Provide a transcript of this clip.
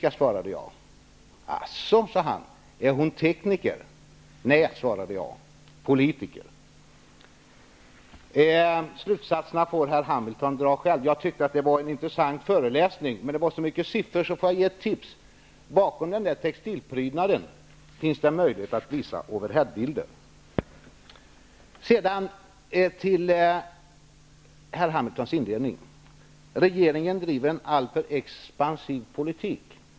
Jag svarade att hon skulle arbeta på den tekniska. Är hon tekniker? löd hans kommentar. Nej, svarade jag, hon är politiker. Slutsatsen får Carl B. Hamilton dra själv. Jag tycker föreläsningen var intressant, men det var litet mycket med siffror så låt mig komma med ett litet tips. Bakom textilprydnaden här i kammaren finns det möjligheter till visa OH-bilder. Jag återkommer till Carl B. Hamiltons inledning. Regeringen driver en alltför expansiv politik.